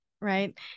right